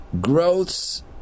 growths